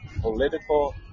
political